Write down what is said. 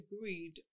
agreed